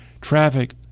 traffic